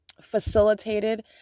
facilitated